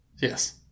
Yes